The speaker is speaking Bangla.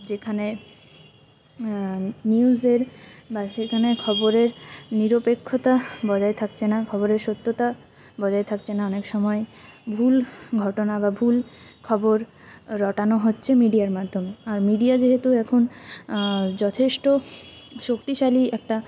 যেখানে নিউজের বা সেখানে খবরে নিরপেক্ষতা বজায় থাকছে না খবরের সত্যতা বজায় থাকছে না অনেক সময় ভুল ঘটনা বা ভুল খবর রটানো হচ্ছে মিডিয়ার মাধ্যমে আর মিডিয়া যেহেতু এখন যথেষ্ট শক্তিশালী একটা